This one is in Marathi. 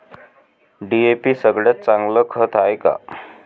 डी.ए.पी सगळ्यात चांगलं खत हाये का?